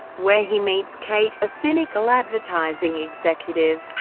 where he meets kate, a cynical advertising executive.